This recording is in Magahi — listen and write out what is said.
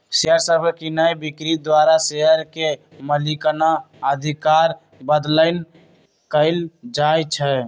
शेयर सभके कीनाइ बिक्री द्वारा शेयर के मलिकना अधिकार बदलैंन कएल जाइ छइ